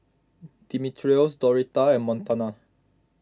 Dimitrios Doretta and Montana